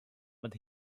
but